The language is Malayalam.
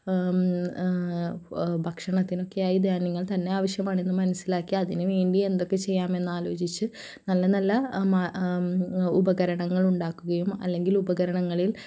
ഭക്ഷണത്തിനൊക്കെ ഈ ധാന്യങ്ങൾ തന്നെ ആവശ്യമാണെന്ന് മനസ്സിലാക്കി അതിന് വേണ്ടി എന്തൊക്കെ ചെയ്യാമെന്നാലോചിച്ച് നല്ല നല്ല ഉപകരണങ്ങളുണ്ടാക്കുകയും അല്ലെങ്കിൽ ഉപകരണങ്ങളിൽ